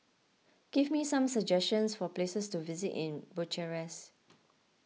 give me some suggestions for places to visit in Bucharest